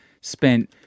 spent